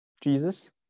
Jesus